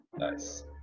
Nice